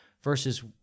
versus